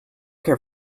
care